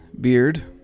Beard